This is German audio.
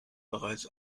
bereits